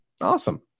Awesome